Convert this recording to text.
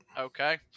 Okay